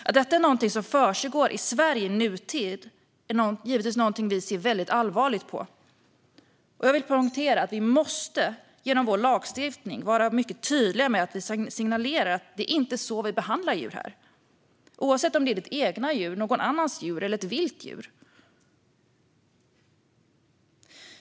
Att detta är något som försiggår i Sverige i nutid är givetvis något som vi ser allvarligt på, och jag vill poängtera att vi genom vår lagstiftning måste vara mycket tydliga med att signalera att det inte är så vi behandlar djur här, oavsett om det är ens eget djur, någon annans djur eller ett vilt djur.